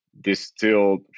distilled